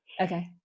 Okay